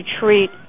treat